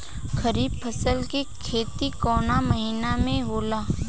खरीफ फसल के खेती कवना महीना में होला?